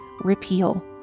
repeal